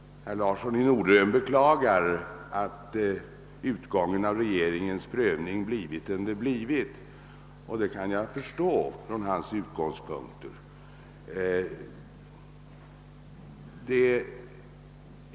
Herr talman! Herr Larsson i Norderön beklagar att utgången av regeringens prövning har blivit som den blivit, och det kan jag från herr Larssons utgångspunkter förstå.